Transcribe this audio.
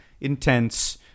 intense